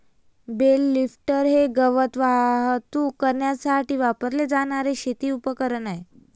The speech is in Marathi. बेल लिफ्टर हे गवत वाहतूक करण्यासाठी वापरले जाणारे शेती उपकरण आहे